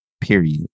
period